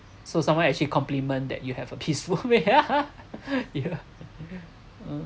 so someone actually compliment that you have a peaceful way ya lah